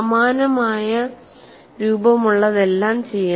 സമാനമായ രൂപമുള്ളതെല്ലാം ചെയ്യാം